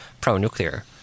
pro-nuclear